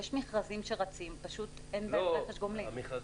יש מכרזים שרצים, פשוט אין בהם רכש גומלין.